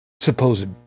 supposed